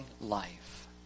life